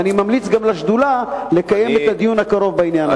אני גם ממליץ לשדולה לקיים דיון בקרוב בעניין הזה.